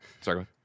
sorry